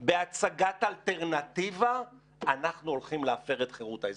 בהצגת אלטרנטיבה שאנחנו הולכים להפר את חירות האזרחים.